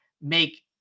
make